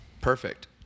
perfect